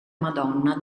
madonna